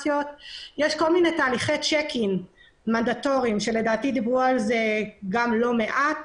יש כל מיני תהליכי צ'ק אין מנדטוריים שלדעתי דיברו על זה לא מעט.